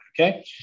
Okay